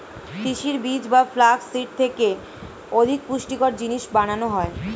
তিসির বীজ বা ফ্লাক্স সিড থেকে অধিক পুষ্টিকর জিনিস বানানো হয়